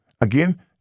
Again